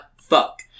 fuck